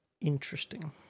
interesting